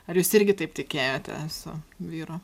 ar jūs irgi taip tikėjote su vyru